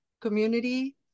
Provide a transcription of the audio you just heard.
community